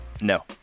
No